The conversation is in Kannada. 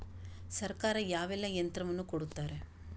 ಸರ್ಕಾರ ಯಾವೆಲ್ಲಾ ಯಂತ್ರವನ್ನು ಕೊಡುತ್ತಾರೆ?